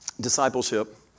discipleship